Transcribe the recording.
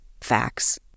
facts